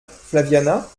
flaviana